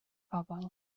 pobl